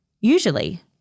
Usually